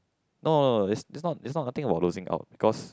no no no is is not is not nothing will losing out because